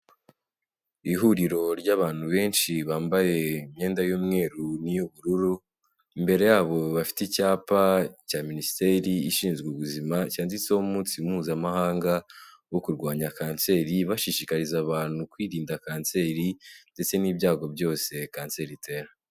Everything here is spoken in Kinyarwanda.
Ihuriro ry'abantu benshi bambaye imyenda y'umweru n'iy'ubururu, imbere yabo bafite icyapa cya minisiteri ishinzwe ubuzima, cyanditseho umunsi mpuzamahanga wo kurwanya kanseri, bashishikariza abantu kwirinda kanseri ndetse n'ibyago byose kanseri itera.